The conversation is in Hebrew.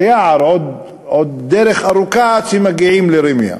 ביער, עוד דרך ארוכה עד שמגיעים לראמיה.